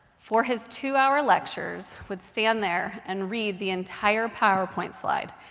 for his two-hour lectures, would stand there and read the entire powerpoint slide.